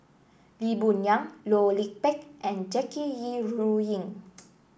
Lee Boon Yang Loh Lik Peng and Jackie Yi Ru Ying